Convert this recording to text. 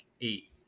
eight